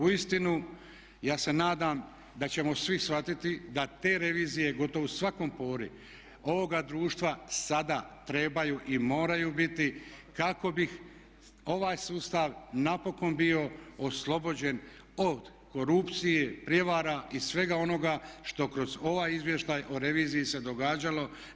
Uistinu, ja se nadam da ćemo svi shvatiti da te revizije gotovo u svakoj pori ovoga društva sada trebaju i moraju biti kako bi ovaj sustav napokon bio oslobođen od korupcije, prijevara i svega onoga što kroz ovaj izvještaj o reviziji se događalo.